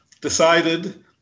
decided